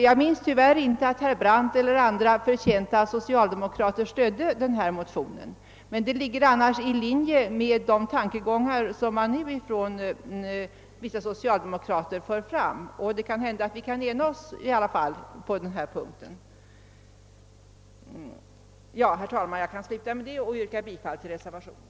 Jag minns emellertid inte att herr Brandt eller andra förtjänta socialdemokrater stödde den motionen; den låg annars i linje med de tankegångar som vissa socialdemokrater nu fört fram. Det kan alltså hända att vi ändå kan ena oss på den punkten. Herr talman! Jag yrkar bifall till reservationen.